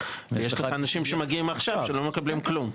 ויש לך אנשים שמגיעים עכשיו שלא מקבלים כלום.